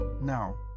Now